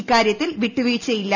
ഇക്കാര്യത്തിൽ വിട്ടുവീഴ്ചയില്ല